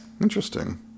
Interesting